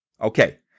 Okay